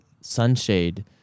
sunshade